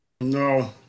No